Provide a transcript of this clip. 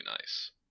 nice